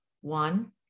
One